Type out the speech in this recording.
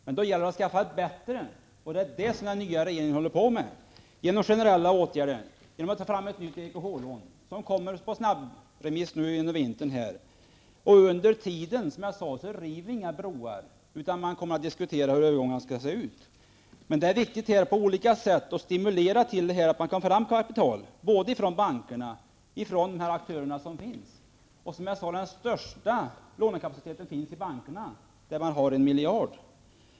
Men då måste man skapa ett bättre system, och det är vad den nya regeringen håller på med genom att sätta in generella åtgärder och genom att föreslå ett nytt EKH-lån, ett förslag som under vintern skall sändas ut på snabbremiss. Under tiden så rivs inga broar. Man kommer i stället att diskutera hur övergången skall se ut. Men det är viktigt att på olika sätt underlätta möjligheterna att få fram kapital, både från bankerna och från de övriga aktörer som finns på marknaden. Den största lånkapaciteten finns i bankerna, där det finns 1 miljard.